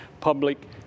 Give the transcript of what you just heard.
public